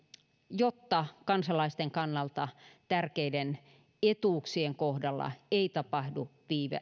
jotta kansalaisten kannalta tärkeiden etuuksien kohdalla ei tapahdu